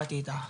באתי איתה,